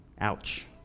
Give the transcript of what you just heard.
Ouch